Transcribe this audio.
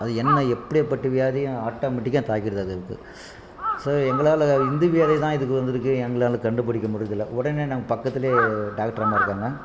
அது என்ன எப்படியாப்பட்ட வியாதியும் ஆட்டோமேட்டிக்கா தாக்கிடுது அதுகளுக்கு ஸோ எங்களால் இந்த வியாதி தான் இதுக்கு வந்துருக்கு எங்களால் கண்டுபிடிக்க முடியிறதில்ல உடனே நாங்கள் பக்கத்துலேயே டாக்டரு அம்மா இருக்காங்க